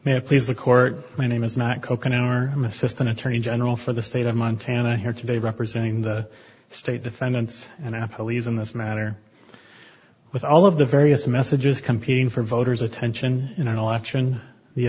it please the court my name is not coke and our i'm assistant attorney general for the state of montana here today representing the state defendants and i believe in this matter with all of the various messages competing for voters attention in an election the